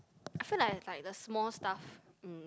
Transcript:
I feel like like the small stuff um